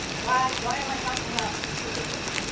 why why am i talking about statistics?